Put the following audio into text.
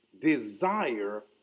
desire